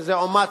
וזה אומץ,